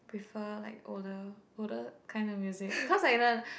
prefer like older older kind of music cause like the